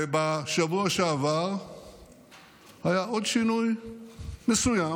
ובשבוע שעבר היה עוד שינוי מסוים.